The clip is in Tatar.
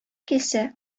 килсә